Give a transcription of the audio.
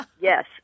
Yes